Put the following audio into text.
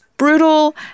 brutal